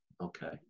okay